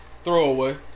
Throwaway